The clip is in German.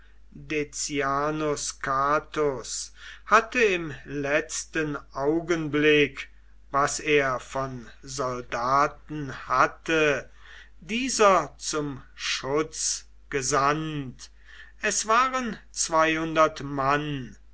decianus catus hatte im letzten augenblick was er von soldaten hatte dieser zum schutz gesandt es waren zweihundert mann